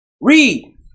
Read